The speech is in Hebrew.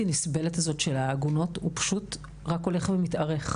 נסבלת הזאת של העגונות הוא פשוט רק הולך ומתארך.